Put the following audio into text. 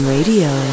Radio